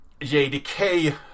JDK